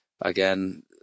Again